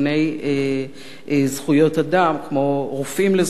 זכויות אדם כמו "רופאים לזכויות אדם",